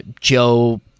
joe